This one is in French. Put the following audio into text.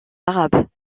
arabe